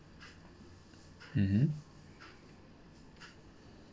mmhmm